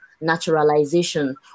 naturalization